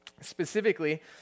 Specifically